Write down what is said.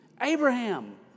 Abraham